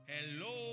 Hello